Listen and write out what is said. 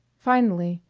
finally,